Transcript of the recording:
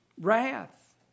wrath